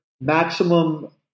maximum